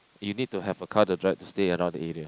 you need to have a car to drive to stay around the area